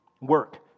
work